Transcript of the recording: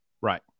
Right